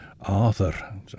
Arthur